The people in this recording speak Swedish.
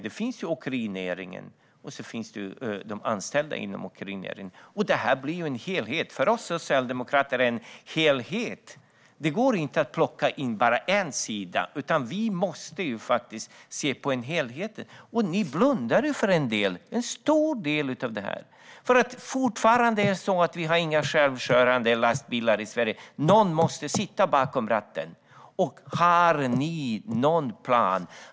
Det är åkerinäringen och de anställda inom åkerinäringen. Detta är en helhet för oss socialdemokrater. Det går inte att plocka in bara en sida, utan vi måste faktiskt se på helheten. Men ni blundar för en stor del av detta. Fortfarande har vi inga självkörande lastbilar i Sverige. Någon måste sitta bakom ratten. Har ni någon plan?